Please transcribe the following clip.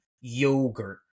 yogurt